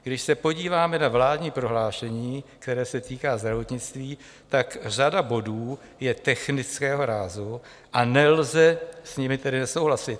Když se podíváme na vládní prohlášení, které se týká zdravotnictví, tak řada bodů je technického rázu, a nelze s nimi tedy nesouhlasit.